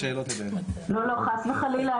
לא, חס וחלילה.